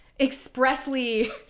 expressly